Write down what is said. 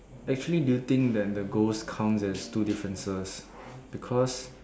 actually do you think that the ghosts count as two differences because